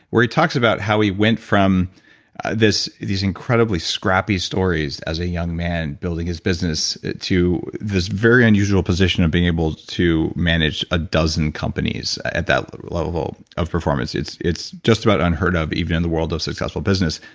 where he talks about how he went from these incredibly scrappy stories as a young man building his business, to this very unusual unusual position of being able to manage a dozen companies at that level of performance it's it's just about unheard of even in the world of successful business,